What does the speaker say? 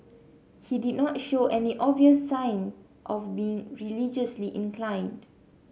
he did not show any obvious sign of being religiously inclined